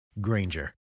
Granger